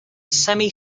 semi